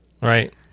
Right